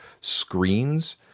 screens